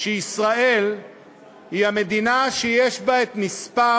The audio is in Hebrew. שישראל היא המדינה שיש בה מספר